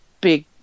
big